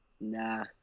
Nah